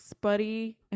buddy